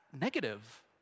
negative